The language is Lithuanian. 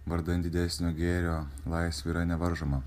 vardan didesnio gėrio laisvė yra nevaržoma